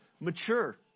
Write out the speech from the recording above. mature